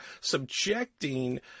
subjecting